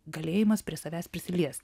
galėjimas prie savęs prisiliesti